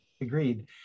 Agreed